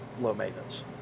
low-maintenance